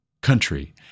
country